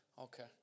Okay